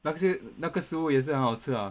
那些那个食物也是很好吃 ah